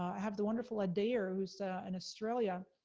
have the wonderful adair, who's in australia,